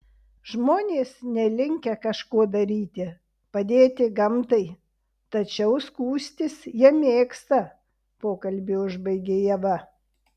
žmonės nelinkę kažko daryti padėti gamtai tačiau skųstis jie mėgsta pokalbį užbaigė ieva